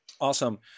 Awesome